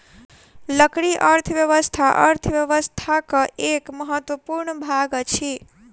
लकड़ी अर्थव्यवस्था अर्थव्यवस्थाक एक महत्वपूर्ण भाग अछि